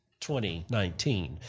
2019